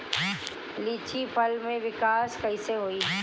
लीची फल में विकास कइसे होई?